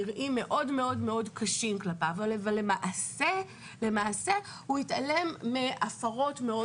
נראים מאוד מאוד קשים כלפיו אבל למעשה הוא התעלם מהפרות מאוד